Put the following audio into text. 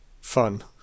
fun